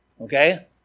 Okay